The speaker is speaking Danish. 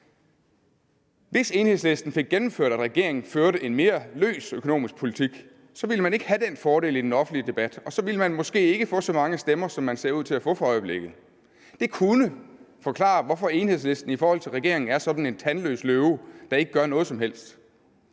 Hvis Enhedslisten fik gennemført, at regeringen førte en mere løs økonomisk politik, ville man ikke have den fordel i den offentlige debat, og så ville man måske ikke få så mange stemmer, som man ser ud til at få for øjeblikket. Det kunne forklare, hvorfor Enhedslisten i forhold til regeringen er sådan en tandløs løve, der ikke gør noget som helst.